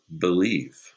believe